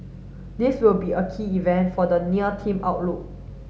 this will be a key event for the near team outlook